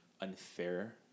unfair